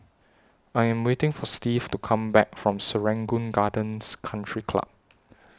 I Am waiting For Steve to Come Back from Serangoon Gardens Country Club